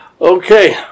Okay